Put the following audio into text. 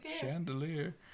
Chandelier